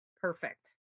perfect